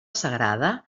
sagrada